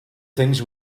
thinks